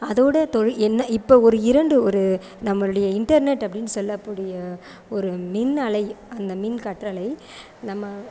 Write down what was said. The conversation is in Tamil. அதோட தொழில் என்ன இப்ப ஒரு இரண்டு ஒரு நம்மளுடைய இன்டர்நெட் அப்டின்னு சொல்லக்கூடிய ஒரு மின் அலை அந்த மின்கற்றலை நம்ம